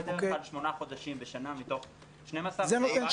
בדרך כלל שמונה חודשים בשנה מתוך 12. זה נותן